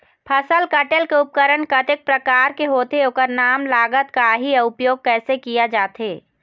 फसल कटेल के उपकरण कतेक प्रकार के होथे ओकर नाम लागत का आही अउ उपयोग कैसे किया जाथे?